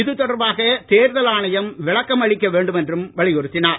இது தொடர்பாக தேர்தல் ஆணையம் விளக்கம் அளிக்க வேண்டும் என்றும் வலியுறுத்தினார்